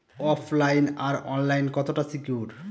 ওফ line আর online কতটা secure?